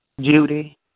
Judy